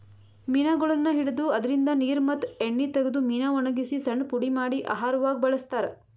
ಮೀನಗೊಳನ್ನ್ ಹಿಡದು ಅದ್ರಿನ್ದ ನೀರ್ ಮತ್ತ್ ಎಣ್ಣಿ ತಗದು ಮೀನಾ ವಣಗಸಿ ಸಣ್ಣ್ ಪುಡಿ ಮಾಡಿ ಆಹಾರವಾಗ್ ಬಳಸ್ತಾರಾ